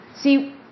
See